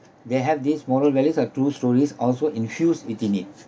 they have these moral values are true stories also infused within it